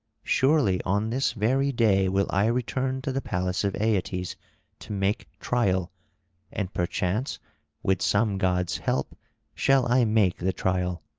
surely on this very day will i return to the palace of aeetes to make trial and perchance with some god's help shall i make the trial.